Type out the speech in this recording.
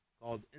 called